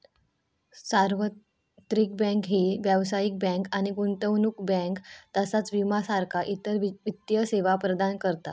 सार्वत्रिक बँक ही व्यावसायिक बँक आणि गुंतवणूक बँक तसाच विमा सारखा इतर वित्तीय सेवा प्रदान करतत